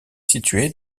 situé